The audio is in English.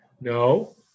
No